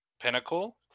pinnacle